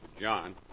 John